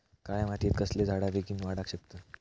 काळ्या मातयेत कसले झाडा बेगीन वाडाक शकतत?